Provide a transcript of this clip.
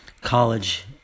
college